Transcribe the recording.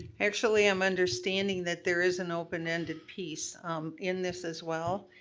actually, i'm understanding that there is an open-ended piece in this as well.